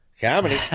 Comedy